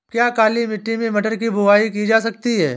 क्या काली मिट्टी में मटर की बुआई की जा सकती है?